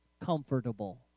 Comfortable